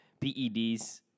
PEDs